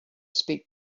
speak